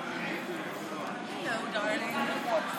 גברתי היושבת-ראש,